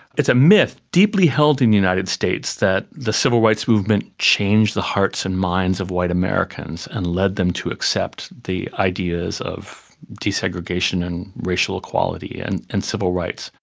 it's a myth deeply held in the united states that the civil rights movement changed the hearts and minds of white americans and led them to accept the ideas of desegregation and racial equality and and civil rights.